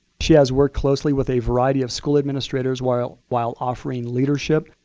she has worked closely with a variety of school administrators while while offering leadership,